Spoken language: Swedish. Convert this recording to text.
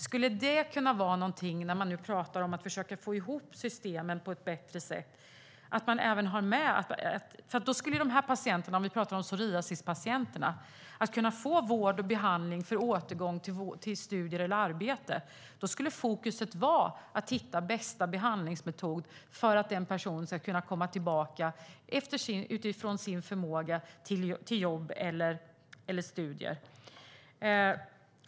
Skulle det kunna vara något, när man nu pratar om att försöka få ihop systemen på ett bättre sätt? Då skulle de här patienterna, om vi pratar om psoriasispatienterna, kunna få vård och behandling för återgång till studier eller arbete. Då skulle fokus vara att hitta bästa behandlingsmetod för att personen utifrån sin förmåga ska kunna komma tillbaka till jobb eller studier.